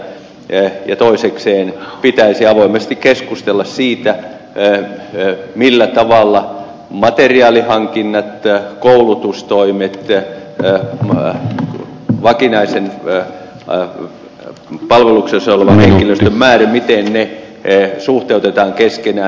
toisekseen pitäisi avoimesti keskustella siitä millä tavalla materiaalihankinnat koulutustoimet ja vakinaisessa palveluksessa olevan henkilöstön määrä suhteutetaan keskenään